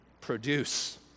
produce